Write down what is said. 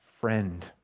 friend